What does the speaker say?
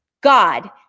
God